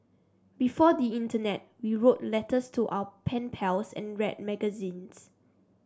before the internet we wrote letters to our pen pals and read magazines